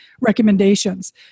recommendations